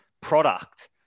Product